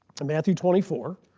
matthew twenty four.